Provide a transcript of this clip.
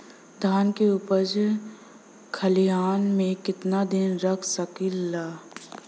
धान के उपज खलिहान मे कितना दिन रख सकि ला?